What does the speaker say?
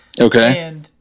okay